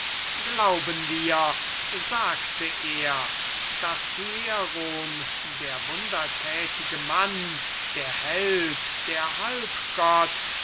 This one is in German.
glaubest du sagte er daß hieron der wundertätige mann der held der